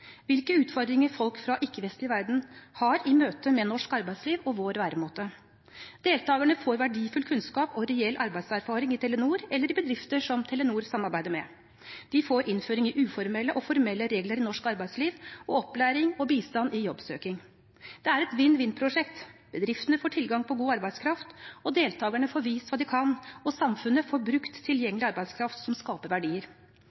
hvilke utfordringer folk fra ikke-vestlig verden har i møte med norsk arbeidsliv og vår væremåte. Deltagerne får verdifull kunnskap og reell arbeidserfaring i Telenor eller i bedrifter som Telenor samarbeider med. De får innføring i uformelle og formelle regler i norsk arbeidsliv og opplæring og bistand i jobbsøking. Det er et vinn-vinn-prosjekt: Bedriftene får tilgang på god arbeidskraft, deltagerne får vist hva de kan, og samfunnet får brukt tilgjengelig arbeidskraft, som skaper verdier.